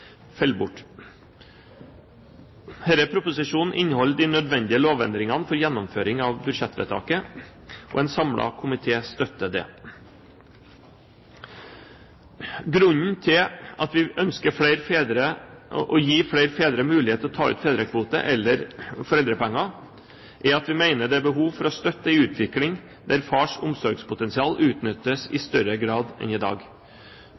bort. Denne proposisjonen inneholder de nødvendige lovendringene for gjennomføring av budsjettvedtaket, og en samlet komité støtter det. Grunnen til at vi ønsker å gi flere fedre mulighet til å ta ut fedrekvote eller foreldrepenger, er at vi mener det er behov for å støtte en utvikling der fars omsorgspotensial utnyttes i større grad enn i dag.